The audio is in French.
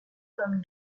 comme